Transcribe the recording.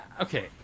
Okay